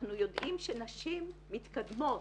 אנחנו יודעים שנשים מתקדמות,